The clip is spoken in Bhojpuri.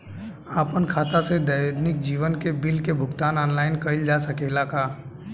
आपन खाता से दैनिक जीवन के बिल के भुगतान आनलाइन कइल जा सकेला का?